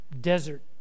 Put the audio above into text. desert